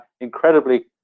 incredibly